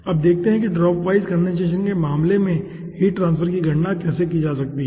अब देखते हैं कि ड्रॉप वाइज कंडेनसेशन के मामले में हीट ट्रांसफर की गणना कैसे की जा सकती है